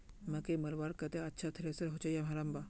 मकई मलवार केते अच्छा थरेसर होचे या हरम्बा?